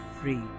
free